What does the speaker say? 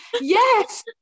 Yes